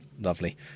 lovely